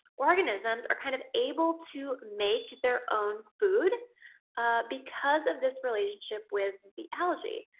organisms are kind of able to make their own food because of this relationship with the algae,